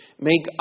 make